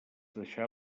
deixà